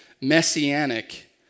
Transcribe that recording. messianic